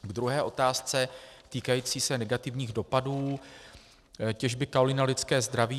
K druhé otázce týkající se negativních dopadů těžby kaolínu na lidské zdraví.